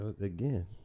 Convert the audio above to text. again